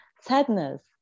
sadness